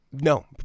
No